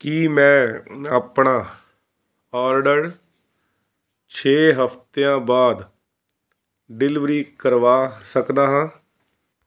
ਕੀ ਮੈਂ ਆਪਣਾ ਆਰਡਰ ਛੇ ਹਫ਼ਤਿਆਂ ਬਾਅਦ ਡਿਲੀਵਰੀ ਕਰਵਾ ਸਕਦਾ ਹਾਂ